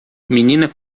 menina